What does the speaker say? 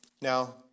Now